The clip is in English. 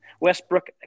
Westbrook